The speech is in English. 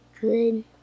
good